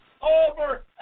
over